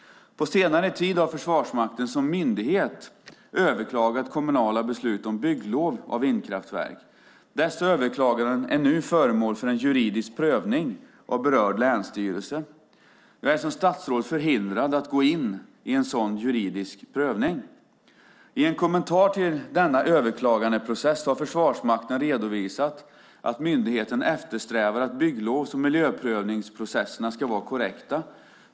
På senare tid har Försvarsmakten som myndighet överklagat kommunala beslut om bygglov av vindkraftverk. Dessa överklaganden är nu föremål för en juridisk prövning av berörd länsstyrelse. Jag är som statsråd förhindrad att gå in i en sådan juridisk prövning. I en kommentar till denna överklagandeprocess har Försvarsmakten redovisat att myndigheten eftersträvar att bygglovs och miljöprövningsprocesserna ska vara korrekta.